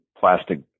plastic